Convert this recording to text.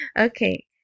Okay